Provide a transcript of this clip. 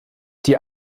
die